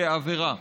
לעבירה.